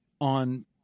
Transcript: on